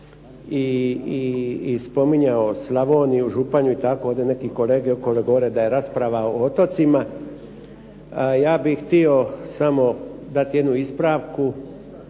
i spominjao Slavoniju, Županju i tako, ovdje neki kolege koji govore da je rasprava o otocima, ja bih htio samo dati jednu ispravku